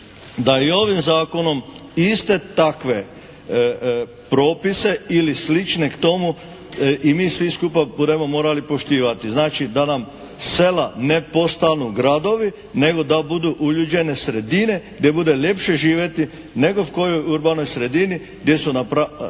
da i ovim Zakonom i iste takve propise ili slične tomu i mi svi skupa budemo morali poštivati. Znači da nam sela ne postanu gradovi, nego da budu uljuđene sredine gdje bude ljepše živjeti nego v kojoj urbanoj sredini gdje su na žalost